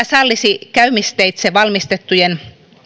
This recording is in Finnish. sallisi käymisteitse valmistettujen